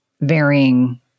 varying